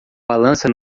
balança